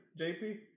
JP